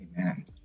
Amen